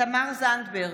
תמר זנדברג,